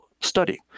study